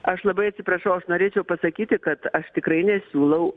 aš labai atsiprašau aš norėčiau pasakyti kad aš tikrai nesiūlau